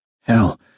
Hell